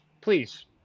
please